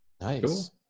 Nice